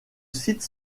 site